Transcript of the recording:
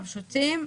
הפשוטים,